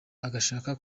agashaka